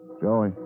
Joey